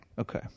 Okay